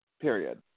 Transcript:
period